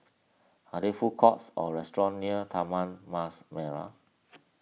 are there food courts or restaurants near Taman Mas Merah